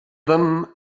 them